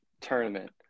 tournament